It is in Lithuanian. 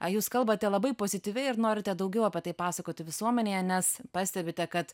o jūs kalbate labai pozityviai ir norite daugiau apie tai pasakoti visuomenėje nes pastebite kad